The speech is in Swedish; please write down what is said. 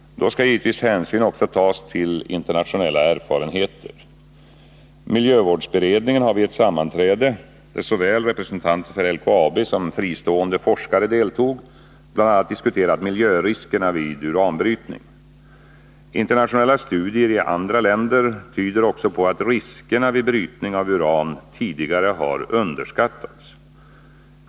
Då skall givetvis hänsyn också tas till internationella erfarenheter. Miljövårdsberedningen har vid ett sammanträde, där såväl representanter för LKAB som fristående forskare deltog, bl.a. diskuterat miljöriskerna vid uranbrytning. Internationella studier i andra länder tyder också på att riskerna vid brytning av uran tidigare har underskattats.